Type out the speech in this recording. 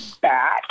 back